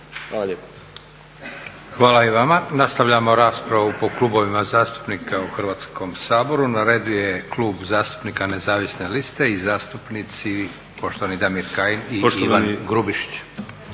Hvala i vama. Nastavljamo raspravu po klubovima zastupnika u Hrvatskom saboru. Na redu je Klub zastupnika nezavisne liste i zastupnici poštovani Damir Kajin i Ivan Grubišić.